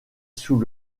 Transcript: sous